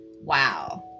Wow